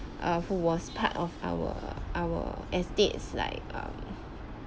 err who was part of our our estate like um